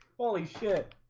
holy shit.